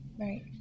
Right